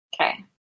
Okay